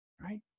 right